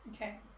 Okay